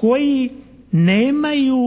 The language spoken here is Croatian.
koji nemaju